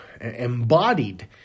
embodied